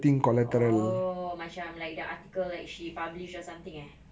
oh macam like the article like she published or something eh